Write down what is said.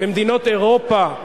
במדינות אירופה,